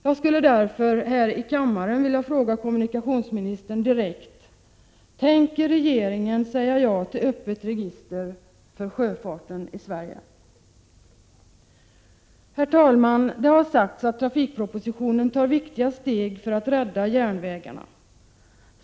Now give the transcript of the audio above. Jag skulle därför här i kammaren direkt vilja fråga kommunikationsministern: Tänker regeringen säga ja till öppna register för sjöfarten i Sverige? Herr talman! Det har sagts att man i trafikpropositionen tar viktiga steg för att rädda järnvägarna.